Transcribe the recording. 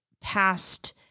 past